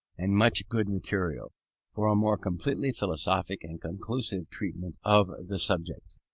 and much good material for a more completely philosophic and conclusive treatment of the subject.